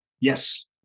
Yes